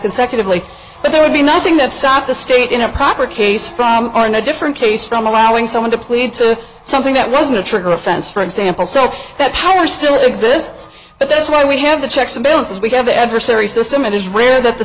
consecutively but there would be nothing that stopped the state in a proper case from or in a different case from allowing someone to plead to something that wasn't a trigger offense for example so that power still exists but that's why we have the checks and balances we have the adversary system it is rare that the